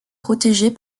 protégé